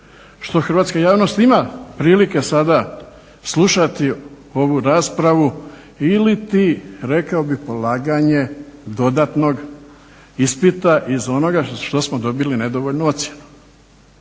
što hrvatska javnost ima prilike sada slušati ovu raspravu iliti rekao bih polaganje dodatnog ispita iz onoga što smo dobili nedovoljnu ocjenu.